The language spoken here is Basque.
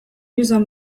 izan